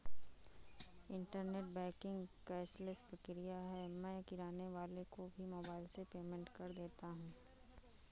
internet banking cashless प्रक्रिया है मैं किराने वाले को भी मोबाइल से पेमेंट कर देता हूँ